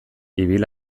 ibil